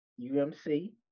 UMC